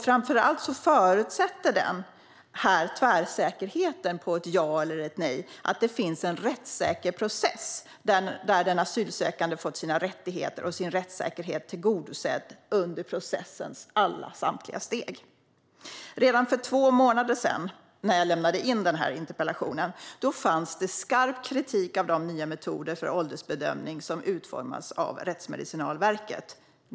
Framför allt förutsätter den här tvärsäkerheten om ett ja eller ett nej att det har skett en rättssäker process där den asylsökande fått sin rättssäkerhet och sina rättigheter tillgodosedda under processens samtliga steg. Redan för två månader sedan, när jag lämnade in den här interpellationen, fanns det skarp kritik mot de nya metoder för åldersbedömning som utformats av Rättsmedicinalverket.